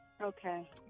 Okay